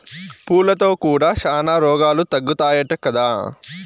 పూలతో కూడా శానా రోగాలు తగ్గుతాయట కదా